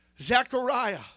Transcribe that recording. Zechariah